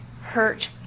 hurt